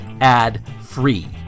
ad-free